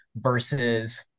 versus